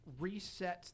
resets